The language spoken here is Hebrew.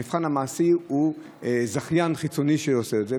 המבחן המעשי הוא על ידי זכיין חיצוני שעושה את זה.